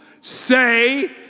say